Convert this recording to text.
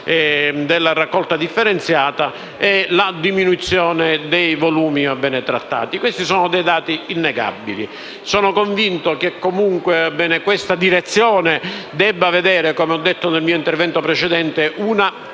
della raccolta differenziata e la diminuzione dei volumi trattati. Questi sono dati innegabili. Sono convinto che questa direzione debba vedere - come ho detto nel mio intervento precedente - una